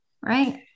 right